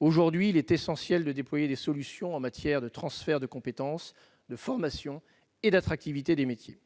Aujourd'hui, il est essentiel de déployer des solutions en matière de transfert de compétences, de formation et d'attractivité des métiers.